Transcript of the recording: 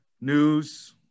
News